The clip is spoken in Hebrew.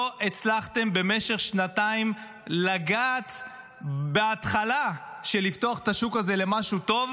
לא הצלחתם במשך שנתיים לגעת בהתחלה של פתיחת השוק הזה למשהו טוב.